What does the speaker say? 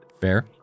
Fair